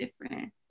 different